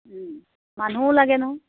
মানুহও লাগে নহয়